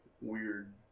weird